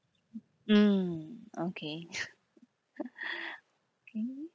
mm okay okay